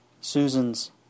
Susan's